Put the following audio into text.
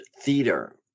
theater